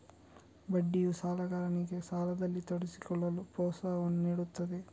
ಬಡ್ಡಿಯು ಸಾಲಗಾರನಿಗೆ ಸಾಲದಲ್ಲಿ ತೊಡಗಿಸಿಕೊಳ್ಳಲು ಪ್ರೋತ್ಸಾಹವನ್ನು ನೀಡುತ್ತದೆ